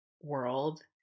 world